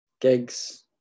Gigs